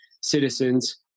citizens